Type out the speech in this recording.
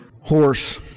Horse